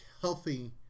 healthy